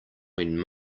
when